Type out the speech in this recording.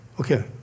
Okay